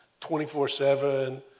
24-7